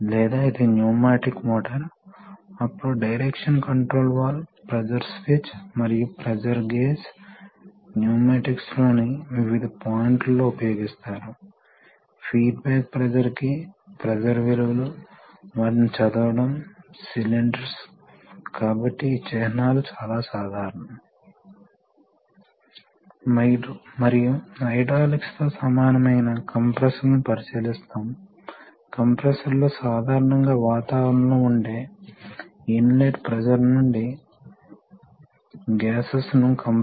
లేదా అది ఒక నిర్దిష్ట స్ట్రోక్ ను సృష్టించగలదు ఎందుకంటే ప్రొపోషనాల్ వాల్వ్స్ ఫోర్స్ కంట్రోల్ లో లేదా స్ట్రోక్ కంట్రోల్ లో ఉంటాయి కాబట్టి మీరు స్ట్రోక్ను నియంత్రిస్తే అప్పుడు హైడ్రా ఇది దాని కాయిల్ భాగం అందువల్ల వీటిని ఎలక్ట్రో హైడ్రాలిక్ అని పిలుస్తారు కాబట్టి ఈ భాగం ఎలక్ట్రికల్ ఇది హైడ్రాలిక్స్ కాబట్టి మీరు స్పూల్పై ఒక ఫోర్స్ లేదా స్ట్రోక్ను సృష్టించినట్లయితే సంబంధిత ప్రవాహం లేదా ప్రెషర్ లభిస్తుంది మరియు ఆ ప్రవాహం లేదా ప్రెషర్ వర్తించవచ్చు ఇది చివరకు యాక్చుయేటర్